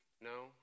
No